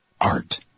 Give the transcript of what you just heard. Art